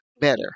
better